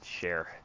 share